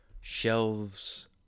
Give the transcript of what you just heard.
Shelves